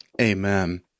Amen